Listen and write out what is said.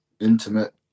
Intimate